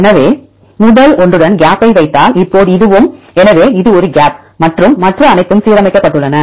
எனவே முதல் ஒன்றுடன் கேப்பை வைத்தால் இப்போது இதுவும் எனவே இது ஒரு கேப் மற்றும் மற்ற அனைத்தும் சீரமைக்கப்பட்டுள்ளன